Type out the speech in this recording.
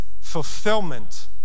fulfillment